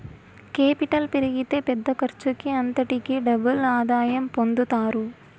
capital పెరిగితే పెద్ద ఖర్చుకి అంతటికీ డబుల్ ఆదాయం పొందుతారు